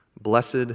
Blessed